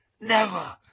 never